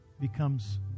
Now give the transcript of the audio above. becomes